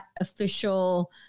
official